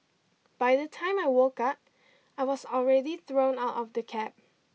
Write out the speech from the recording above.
by the time I woke up I was already thrown out of the cab